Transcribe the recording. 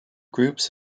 groups